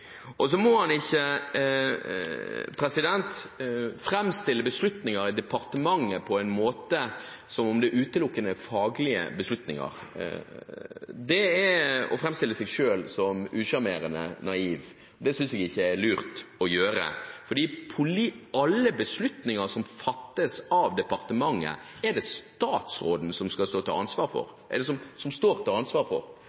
Så må han ikke framstille beslutninger i departementet som om det er utelukkende faglige beslutninger. Det er å framstille seg selv som usjarmerende naiv. Det synes jeg ikke er lurt å gjøre, for alle beslutninger som fattes av departementet, er det statsråden som står til ansvar for.